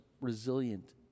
resilient